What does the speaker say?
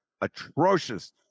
atrocious